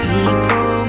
People